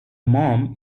mom